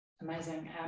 Amazing